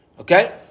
Okay